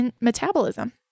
metabolism